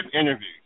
interview